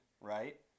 right